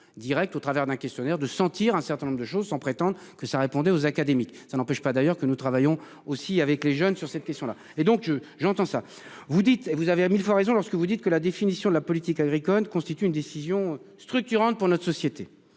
Direct au travers d'un questionnaire de sentir un certain nombre de choses sans prétendent que ça répondait aux académique. Ça n'empêche pas d'ailleurs que nous travaillons aussi avec les jeunes, sur cette question là et donc j'entends ça. Vous dites, vous avez 1000 fois raison lorsque vous dites que la définition de la politique agricole constitue une décision structurante pour notre société.